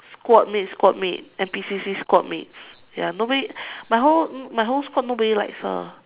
squad mate squad mate N_P_C_C squad mate ya nobody my whole my whole squad nobody likes her